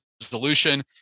resolution